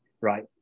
right